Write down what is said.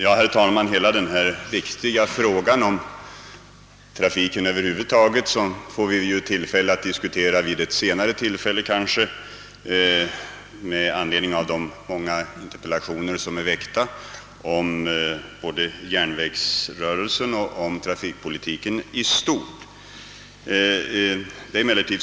Herr talman! Denna viktiga fråga om trafiken i stort får vi tillfälle att diskutera senare i anledning av de många interpellationer som framställts såväl om själva järnvägstrafiken som om trafikpolitiken i dess helhet.